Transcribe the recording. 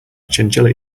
chinchilla